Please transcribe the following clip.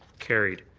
carried.